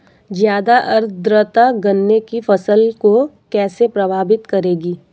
ज़्यादा आर्द्रता गन्ने की फसल को कैसे प्रभावित करेगी?